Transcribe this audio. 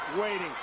waiting